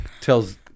tells